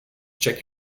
check